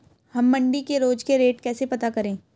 हम मंडी के रोज के रेट कैसे पता करें?